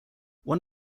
one